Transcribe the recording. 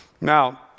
Now